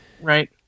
Right